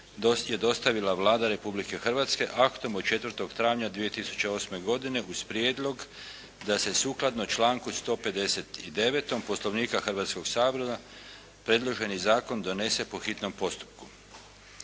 je dostavila Vlada Republike Hrvatske aktom od 4. travnja 2008. godine uz prijedlog da se sukladno članku 159. Poslovnika Hrvatskog sabora predloženi zakon donese po hitnom postupku.